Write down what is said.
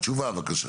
תשובה בבקשה.